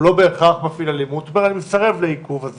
הוא לא בהכרח מפעיל אלימות אלא מסרב לעיכוב,